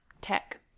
tech